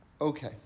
Okay